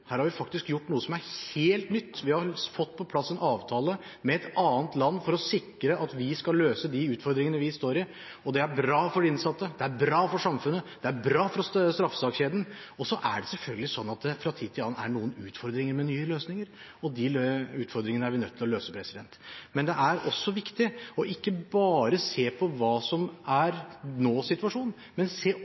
Her har vi faktisk gjort noe som er helt nytt, vi har fått på plass en avtale med et annet land for å sikre at vi skal løse de utfordringene vi står i. Det er bra for de innsatte, det er bra for samfunnet, og det er bra for straffesakskjeden. Det er selvfølgelig sånn at det fra tid til annen er noen utfordringer med nye løsninger. De utfordringene er vi nødt til å løse. Men det er også viktig ikke bare å se på hva som er nåsituasjonen, men også se